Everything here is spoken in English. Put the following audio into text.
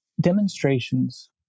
demonstrations